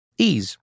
Ease